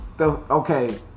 Okay